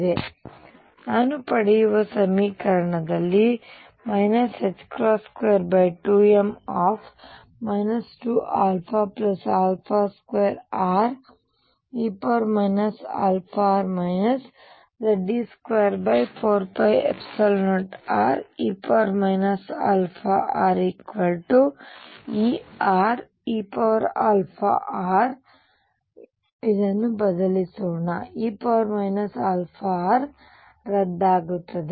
ನಾನು ಪಡೆಯುವ ಸಮೀಕರಣದಲ್ಲಿ 22m 2α2re αr Ze24π0re αrEre αr ಇದನ್ನು ಬದಲಿಸೋಣ e αr ರದ್ದಾಗುತ್ತದೆ